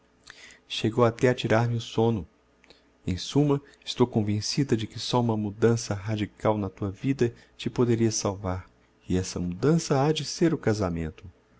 chegou até a tirar me o somno em summa estou convencida de que só uma mudança radical na tua vida te poderia salvar e essa mudança ha de ser o casamento